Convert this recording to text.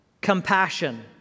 compassion